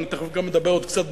ואני תיכף גם אדבר עוד קצת,